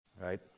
Right